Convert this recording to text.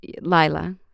Lila